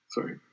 Sorry